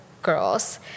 Girls